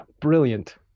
brilliant